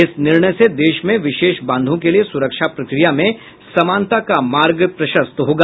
इस निर्णय से देश में विशेष बांधों के लिए सुरक्षा प्रक्रिया में समानता का मार्ग प्रशस्त होगा